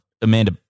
Amanda